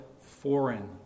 foreign